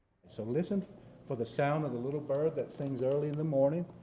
so listen for the sound of the little bird that sings early in the morning,